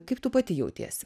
kaip tu pati jautiesi